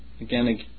again